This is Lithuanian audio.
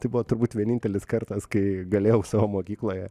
tai buvo turbūt vienintelis kartas kai galėjau savo mokykloje